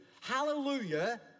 Hallelujah